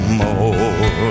more